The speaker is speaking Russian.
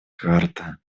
карта